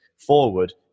forward